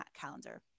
calendar